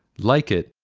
like it.